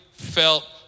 felt